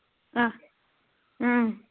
اَہ اۭں